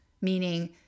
meaning